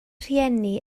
rhieni